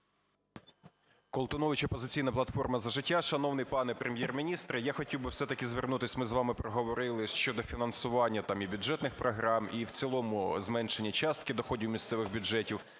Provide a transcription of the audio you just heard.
Колтунович, "Опозиційна платформа - За життя". Шановний пане Прем'єр-міністре! Я хотів би все-таки звернутись, ми з вами проговорили, щодо фінансування там і бюджетних програм, і в цілому зменшення частки доходів місцевих бюджетів